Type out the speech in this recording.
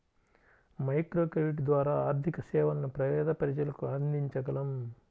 microcredit ద్వారా ఆర్థిక సేవలను పేద ప్రజలకు అందించగలం